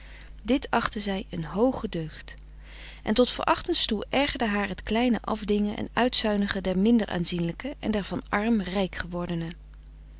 dit achtte zij een hooge deugd en tot verachtens toe ergerde haar het kleine afdingen en uitzuinigen der minder aanzienlijken en der van arm rijk gewordenen